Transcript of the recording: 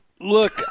Look